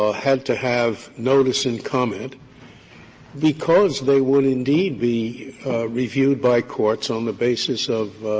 ah had to have notice and comment because they would indeed be reviewed by courts on the basis of